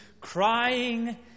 crying